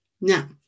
Now